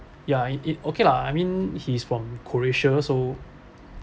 ya it it okay lah I mean he's from croatia so